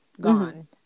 gone